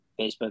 Facebook